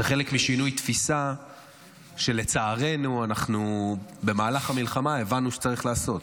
זה חלק משינוי תפיסה שלצערנו אנחנו במהלך המלחמה הבנו שצריך לעשות,